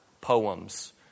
poems